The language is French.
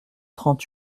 trente